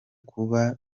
kuba